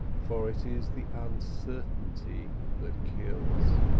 for it is the uncertainty that kills.